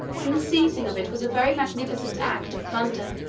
and the seizing of it was a very magnificent act of plunder.